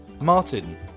Martin